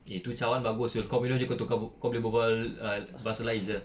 eh tu cawan bagus [siol] kau minum jer kau tukar kau boleh berbual ah bahasa lain sia